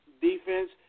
defense